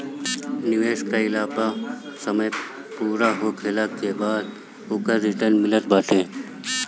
निवेश कईला पअ समय पूरा होखला के बाद ओकर रिटर्न मिलत बाटे